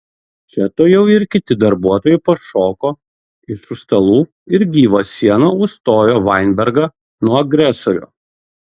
čia tuojau ir kiti darbuotojai pašoko iš už stalų ir gyva siena užstojo vainbergą nuo agresorių